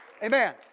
Amen